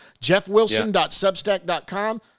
jeffwilson.substack.com